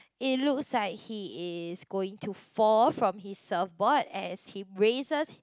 it looks like he is going to fall from his surfboard as he raises